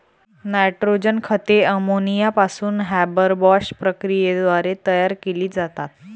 nitrogen खते ammonia पासून Haber Bosch प्रक्रियेद्वारे तयार केली जातात